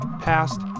past